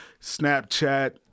Snapchat